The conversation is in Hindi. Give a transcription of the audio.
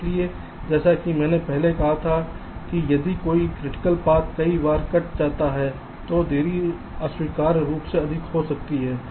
इसलिए जैसा कि मैंने पहले कहा था कि यदि कोई क्रिटिकल पाथ कई बार कट जाता है तो देरी अस्वीकार्य रूप से अधिक हो सकती है